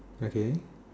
okay